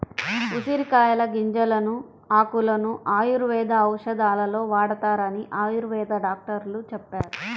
ఉసిరికాయల గింజలను, ఆకులను ఆయుర్వేద ఔషధాలలో వాడతారని ఆయుర్వేద డాక్టరు చెప్పారు